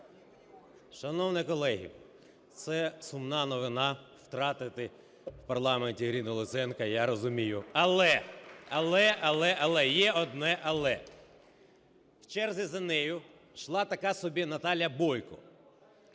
Шановні колеги, це сумна новина – втратити в парламенті Ірину Луценко, я розумію. Але… (Шум у залі) Але, але, але є одне "але". В черзі за нею йшла така собі Наталя Бойко.